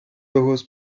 ojos